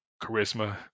charisma